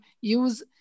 use